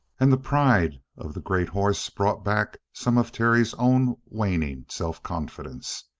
and the pride of the great horse brought back some of terry's own waning self-confidence.